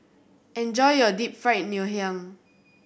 enjoy your Deep Fried Ngoh Hiang